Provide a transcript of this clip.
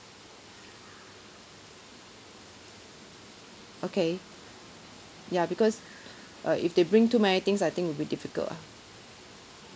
okay ya because uh if they bring too many things I think will be difficult ah